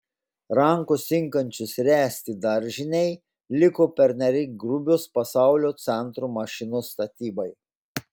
rankos tinkančios ręsti daržinei liko pernelyg grubios pasaulio centro mašinos statybai